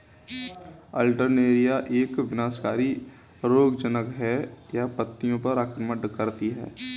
Alternaria एक विनाशकारी रोगज़नक़ है, यह पत्तियों पर आक्रमण करती है